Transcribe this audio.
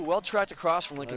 well tried to cross when